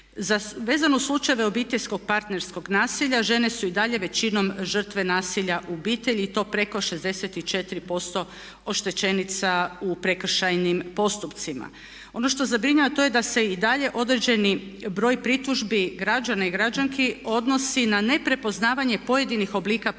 Vezano uz slučajeve obiteljskog parterskog nasilja žene su i dalje većinom žrtve nasilja u obitelji i to preko 64% oštećenica u prekršajnim postupcima. Ono što zabrinjava to je da se i dalje određeni broj pritužbi građana i građanki odnosi na ne prepoznavanje pojedinih oblika obiteljskog